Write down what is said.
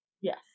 yes